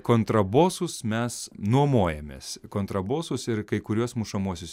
kontrabosus mes nuomojamės kontrabosus ir kai kuriuos mušamuosius